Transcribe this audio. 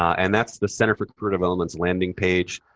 and that's the center for career development's landing page.